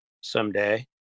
someday